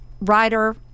writer